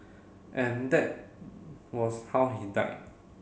and that was how he died